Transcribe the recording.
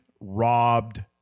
robbed